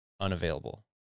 unavailable